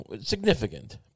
significant